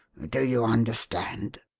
do you understand?